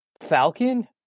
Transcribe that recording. Falcon